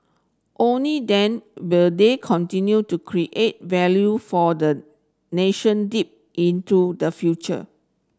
only then will they continue to create value for the nation deep into the future